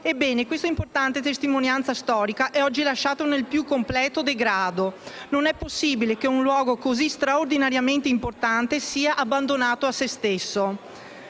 Ebbene, questa importante testimonianza storica è oggi lasciata nel più completo degrado. Non è possibile che un luogo così straordinariamente importante sia abbandonato a se stesso.